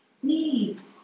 Please